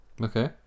okay